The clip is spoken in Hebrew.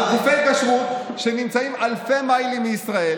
על גופי כשרות שנמצאים אלפי מיילים מישראל